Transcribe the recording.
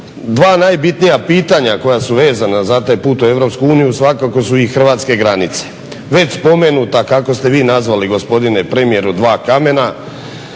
Dva najbitnija pitanja koja su vezana za taj put u Europsku uniju svakako su i hrvatske granice. Već spomenuta kako ste vi nazvali gospodine premijeru dva kamena